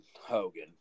Hogan